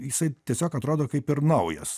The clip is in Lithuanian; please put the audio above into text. jisai tiesiog atrodo kaip ir naujas